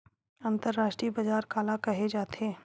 अंतरराष्ट्रीय बजार काला कहे जाथे?